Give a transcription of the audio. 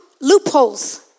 loopholes